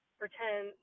pretend